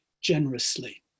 generously